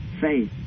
faith